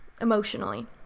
emotionally